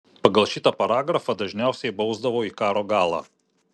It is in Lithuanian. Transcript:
pagal šitą paragrafą dažniausiai bausdavo į karo galą